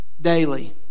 daily